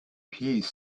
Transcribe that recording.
piece